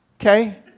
Okay